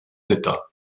d’état